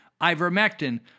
ivermectin